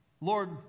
Lord